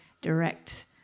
direct